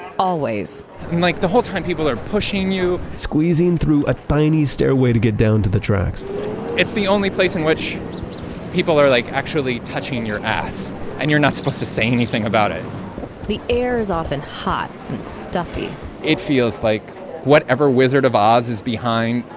always like the whole time people are pushing you squeezing through a tiny stairway to get down to the tracks it's the only place in which people are like actually touching your ass and you're not supposed to say anything about it the air is often hot and stuffy it feels like whatever wizard of oz is behind,